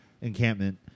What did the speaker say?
encampment